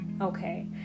Okay